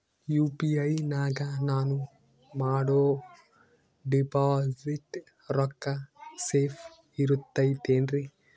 UPI ನಾಗ ನಾನು ಮಾಡೋ ಡಿಪಾಸಿಟ್ ರೊಕ್ಕ ಸೇಫ್ ಇರುತೈತೇನ್ರಿ?